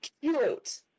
Cute